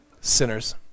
Sinners